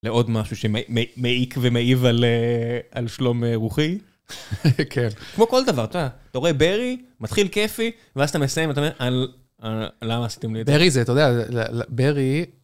לעוד משהו שמעיק ומעיב על שלום רוחי. כן. כמו כל דבר, אתה רואה ברי, מתחיל כיפי, ואז אתה מסיים, אתה אומר, למה עשיתם לי את זה? ברי זה, אתה יודע, ברי...